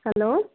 hello